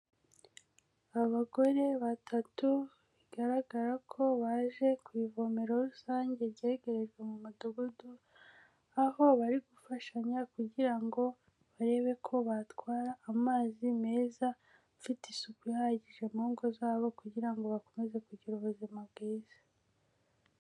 Abagore batatu bigaragara ko baje ku ivomero rusange ryegerejwe mu mudugudu, aho bari gufashanya kugira ngo barebe ko batwara amazi meza afite isuku ihagije mu ngo zabo kugira ngo bakomeze kugira ubuzima bwiza.